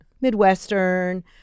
midwestern